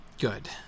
good